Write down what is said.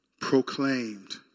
proclaimed